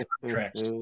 contracts